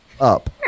up